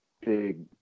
big